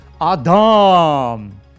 Adam